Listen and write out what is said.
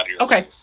Okay